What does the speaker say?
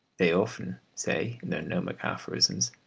they often say in their gnomic aphorisms,